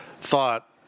thought